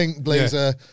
blazer